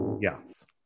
Yes